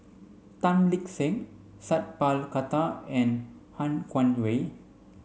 Tan Lip Seng Sat Pal Khattar and Han Guangwei